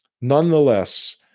Nonetheless